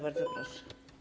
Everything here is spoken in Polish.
Bardzo proszę.